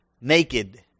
Naked